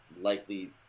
likely